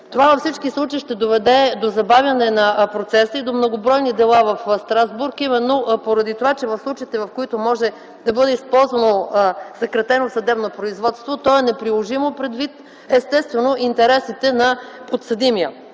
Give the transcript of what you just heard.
Във всички случаи това ще доведе до забавяне на процеса и до многобройни дела в Страсбург, поради това че случаите, когато може да бъде използвано съкратеното съдебно производство, то е неприложимо, естествено, предвид интересите на подсъдимия.